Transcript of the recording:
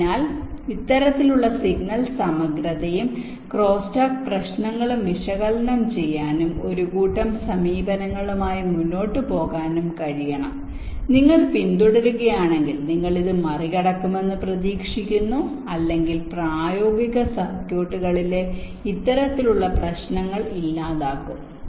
അതിനാൽ നിങ്ങൾക്ക് ഇത്തരത്തിലുള്ള സിഗ്നൽ സമഗ്രതയും ക്രോസ്റ്റാക്ക് പ്രശ്നങ്ങളും വിശകലനം ചെയ്യാനും ഒരു കൂട്ടം സമീപനങ്ങളുമായി മുന്നോട്ടുപോകാനും കഴിയണം നിങ്ങൾ പിന്തുടരുകയാണെങ്കിൽ നിങ്ങൾ ഇത് മറികടക്കുമെന്ന് പ്രതീക്ഷിക്കുന്നു അല്ലെങ്കിൽ പ്രായോഗിക സർക്യൂട്ടുകളിലെ ഇത്തരത്തിലുള്ള പ്രശ്നങ്ങൾ ഇല്ലാതാക്കും